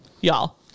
Y'all